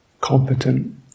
competent